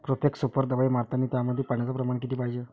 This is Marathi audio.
प्रोफेक्स सुपर दवाई मारतानी त्यामंदी पान्याचं प्रमाण किती पायजे?